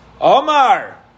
Omar